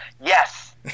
Yes